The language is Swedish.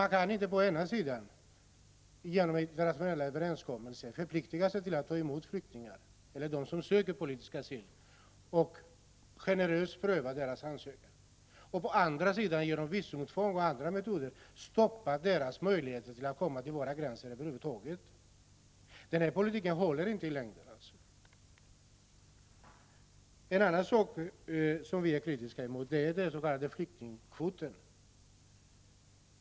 Man kan inte å ena sidan, genom internationella överenskommelser, förpliktiga sig att ta emot flyktingar och sådana som söker politisk asyl och generöst pröva deras ansökan och å andra sidan genom visumtvång och andra metoder beröva dem deras möjligheter att över huvud taget komma till våra gränser. Den Prot. 1985/86:105 politiken håller inte i längden. 2 april 1986 En annan sak som vi är kritiska emot är den s.k. flyktingkvoten.